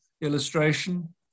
illustration